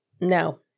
No